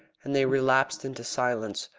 and they relapsed into silence,